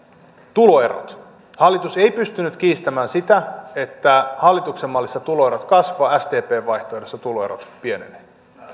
tuloerot hallitus ei pystynyt kiistämään sitä että hallituksen mallissa tuloerot kasvavat sdpn vaihtoehdossa tuloerot pienenevät